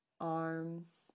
Arms